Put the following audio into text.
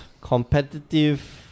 competitive